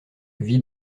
vit